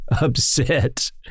Upset